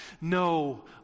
no